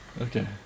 Okay